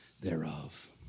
thereof